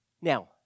Now